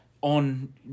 On